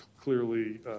clearly